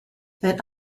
that